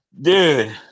dude